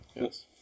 Yes